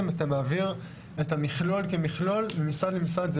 אתה מעביר את המכלול כמכלול ממשרד למשרד.